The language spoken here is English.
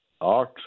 Art